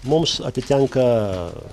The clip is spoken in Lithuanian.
mums atitenka